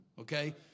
Okay